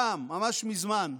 פעם, ממש מזמן,